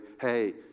hey